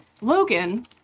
Logan